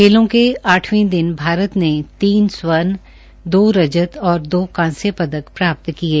खेलों के आठवें दिन भारत ने तीन स्वर्ण दो रजत और दो कांस्य पदक प्राप्त किये